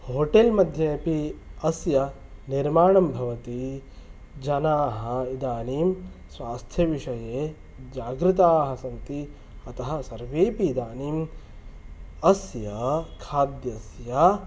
hotel मध्ये अपि अस्य निर्माणं भवति जनाः इदानिं स्वास्थ्यविषये जागृताः सन्ति अतः सर्वेपि इदानीम् अस्य खाद्यस्य